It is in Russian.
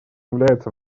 является